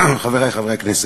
חברי חברי הכנסת,